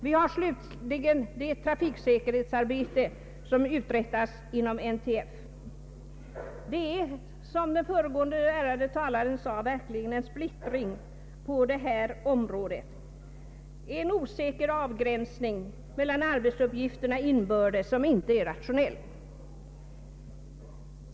Vi har slutligen det trafiksäkerhetsarbete som uträttas inom NTF. Det är, som den föregående ärade talaren sade, verkligen en splittring på detta område, en osäker avgränsning mellan arbetsuppgifterna inbördes, som inte är rationell.